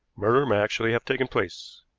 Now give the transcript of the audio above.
murder may actually have taken place.